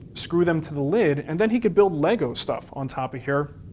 screw them to the lid, and then he could build lego stuff on top of here.